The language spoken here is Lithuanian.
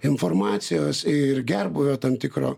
informacijos ir gerbūvio tam tikro